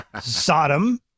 Sodom